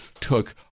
took